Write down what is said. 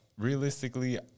Realistically